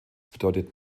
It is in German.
bedeutet